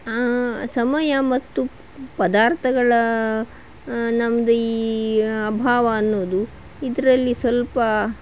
ಆ ಸಮಯ ಮತ್ತು ಪದಾರ್ಥಗಳ ನಮ್ದು ಈ ಅಭಾವ ಅನ್ನೋದು ಇದರಲ್ಲಿ ಸ್ವಲ್ಪ